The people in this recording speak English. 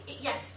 yes